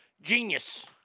Genius